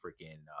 freaking